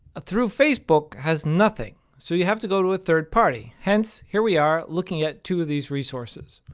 through facebook, has nothing. so you have to go to a third party. hence, here we are looking at two of these resources.